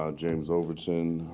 um james overton.